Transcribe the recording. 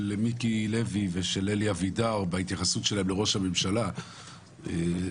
מיקי לוי ושל אלי אבידר בהתייחסות שלהם לראש הממשלה לשעבר,